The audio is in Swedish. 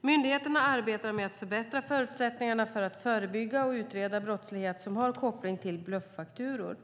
Myndigheterna arbetar med att förbättra förutsättningarna för att förebygga och utreda brottslighet som har koppling till bluffakturor.